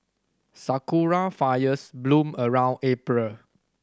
sakura fires bloom around April